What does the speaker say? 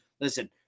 Listen